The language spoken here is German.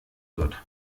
wird